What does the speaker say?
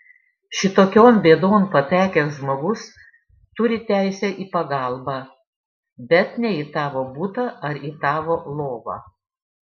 šitokion bėdon patekęs žmogus turi teisę į pagalbą bet ne į tavo butą ar į tavo lovą